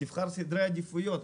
תבחר סדר עדיפויות,